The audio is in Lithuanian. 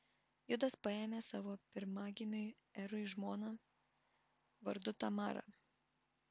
judas paėmė savo pirmagimiui erui žmoną vardu tamara